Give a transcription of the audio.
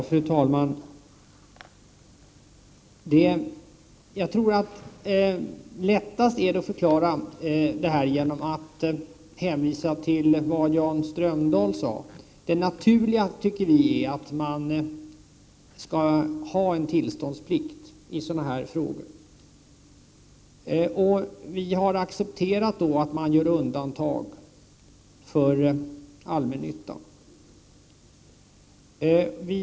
Fru talman! Lättast är det att förklara det här genom att hänvisa till vad Jan Strömdahl sade. Det naturliga tycker vi är att man har en tillståndsplikt när det gäller sådana här frågor. Vi har då accepterat att man gör undantag för allmännyttan.